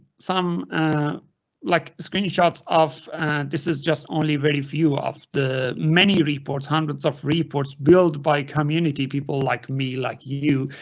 some like screenshots of this is just only very few of the many reportes hundreds of reportes build by community people like me like you.